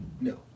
No